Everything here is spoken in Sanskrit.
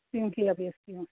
अपि अस्ति वा